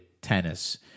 tennis